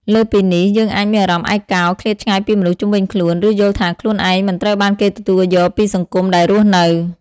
លើសពីនេះ យើងអាចមានអារម្មណ៍ឯកោ ឃ្លាតឆ្ងាយពីមនុស្សជុំវិញខ្លួន ឬយល់ថាខ្លួនឯងមិនត្រូវបានគេទទួលយកពីសង្គមដែលរស់នៅ។